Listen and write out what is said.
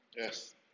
Yes